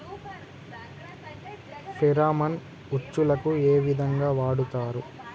Pheromone ఉచ్చులకు ఏ విధంగా వాడుతరు?